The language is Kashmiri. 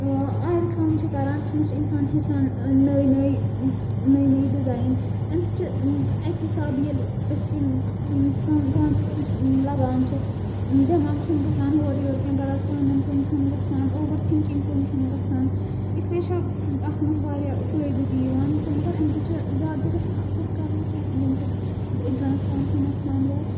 آرِ کٲم چھِ کَران تَتھ منٛز چھِ اِنسان ہیٚچھان نٔے نٔے نٔے نٔے ڈِزایِن اَمہِ سۭتۍ چھِ اَکہِ حِساب ییٚلہِ أسۍ کُنہِ کامہِ کُن لَگان چھِ دٮ۪ماغ چھُنہٕ گژھان ہورٕ یورٕ کینٛہہ غلط کامٮ۪ن کُن چھُنہٕ گژھان اوٚوَر تھِنکِنٛگ کُن چھُنہٕ گژھان اِسلیے چھُ اَتھ منٛز واریاہ فٲیدٕ تہِ یِوان تہٕ مگر امہِ سۭتۍ چھُ زیادٕ تہِ گَژھِ نہٕ اَتھ کُن کَرُن کینٛہہ ییٚمہِ سۭتۍ اِنسانَس پانسٕے نۄقصان واتۍ